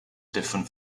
different